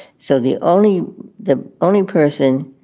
so the only the only person